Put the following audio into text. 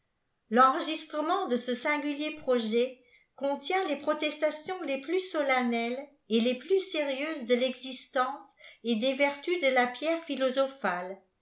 l'enregistrement de ce singulier projet contient les protestations les plus solennelles et les plus sérieuses de l'existence et des vertus de la pierre ph